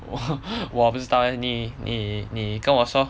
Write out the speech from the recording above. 我我不知道 eh 你你你跟我说